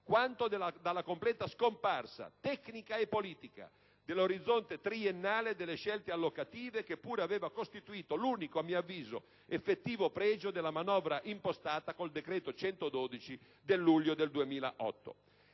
quanto dalla completa scomparsa (tecnica e politica) dell'orizzonte triennale delle scelte allocative, che pur aveva costituito, a mio avviso, l'unico effettivo pregio della manovra impostata con il decreto-legge n. 112 del giugno 2008.